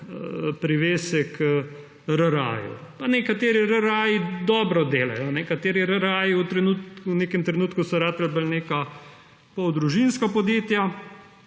privesek RRA, pa nekateri RRA dobro delajo. Nekateri RRA so v nekem trenutku postali bolj neka poldružinska podjetja,